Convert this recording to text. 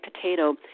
potato